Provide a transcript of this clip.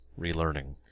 relearning